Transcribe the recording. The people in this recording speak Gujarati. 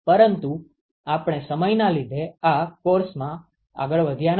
પરંતુ આપણે સમયના લીધે આ કોર્સમાં આગળ વધ્યા નથી